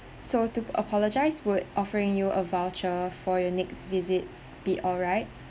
so to apologise would offering you a voucher for your next visit be alright